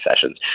sessions